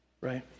Right